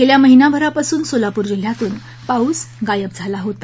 गेल्या महिनाभरापासून सोलापूर जिल्ह्यातून पाऊस गायब झाला होता